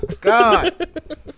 god